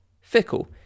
fickle